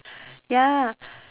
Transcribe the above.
ya